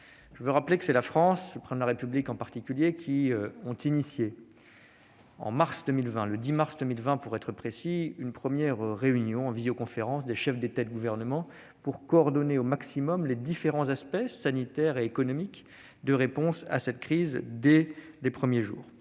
Je veux rappeler que c'est la France et le Président de la République en particulier qui ont pris l'initiative, le 10 mars 2020, d'une première réunion en visioconférence des chefs d'État et de gouvernement pour coordonner au maximum les différents aspects sanitaires et économiques des réponses à la crise dès les premiers jours.